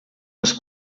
nos